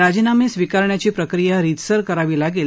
राजीनामे स्वीकारण्याची प्रक्रिया रीतसर करावी लागेल